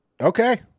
Okay